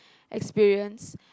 experience